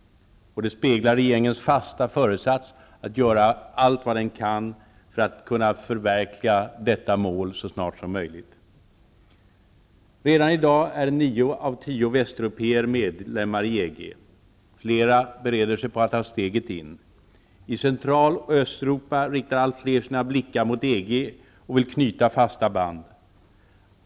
Det speglar regeringens fasta föresats att göra allt vad den kan för att kunna förverkliga detta mål så snart som möjligt. Redan i dag är nio av tio västeuropéer medlemmar i EG. Flera bereder sig på att ta steget in. I Central och Östeuropa riktar allt fler sina blickar mot EG och vill knyta fasta band.